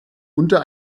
unter